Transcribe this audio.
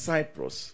Cyprus